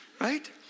right